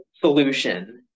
solution